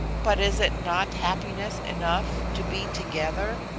but is it not happiness enough to be together,